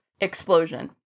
explosion